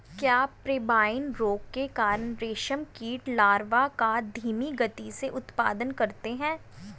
क्या पेब्राइन रोग के कारण रेशम कीट लार्वा का धीमी गति से उत्पादन करते हैं?